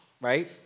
right